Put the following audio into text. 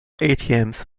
atms